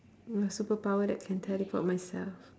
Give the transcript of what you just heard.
a superpower that can teleport myself